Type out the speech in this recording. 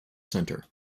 center